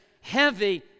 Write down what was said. heavy